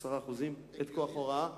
את כוח ההוראה.